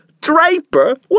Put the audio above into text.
Draper